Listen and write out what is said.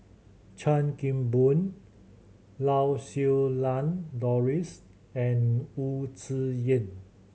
Chan Kim Boon Lau Siew Lang Doris and Wu Tsai Yen